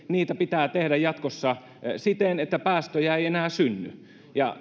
pitää tehdä jatkossa siten että päästöjä ei enää synny ja